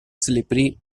slippery